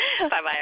Bye-bye